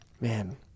Man